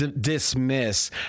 dismiss